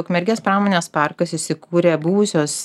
ukmergės pramonės parkas įsikūrė buvusios